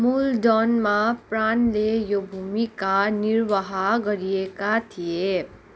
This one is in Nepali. मूल डनमा प्राणले यो भूमिका निर्वाह गरिएका थिए